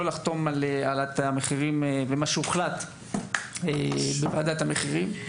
לחתום על העלאת המחירים ומה שהוחלט בוועדת המחירים.